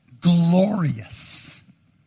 glorious